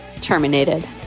terminated